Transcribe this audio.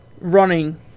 running